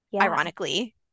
Ironically